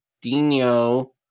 Dino